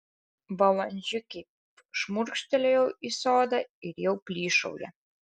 valandžiukei šmurkštelėjau į sodą ir jau plyšauja